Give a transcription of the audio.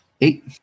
Eight